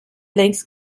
längst